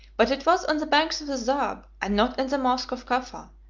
but it was on the banks of the zab, and not in the mosch of cufa,